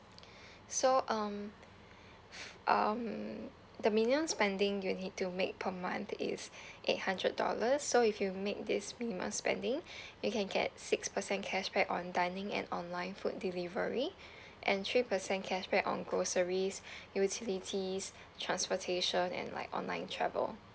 so um f~ um the minimum spending you need to make per month is eight hundred dollars so if you make this minimum spending you can get six percent cashback on dining and online food delivery and three percent cashback on groceries utilities transportation and like online travel